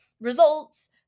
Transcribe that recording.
results